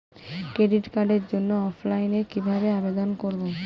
Credit কার্ডের জন্য অফলাইনে কিভাবে আবেদন করব?